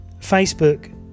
facebook